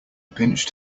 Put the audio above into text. pinched